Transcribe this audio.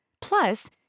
Plus